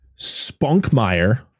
Spunkmeyer